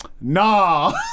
Nah